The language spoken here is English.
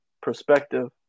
perspective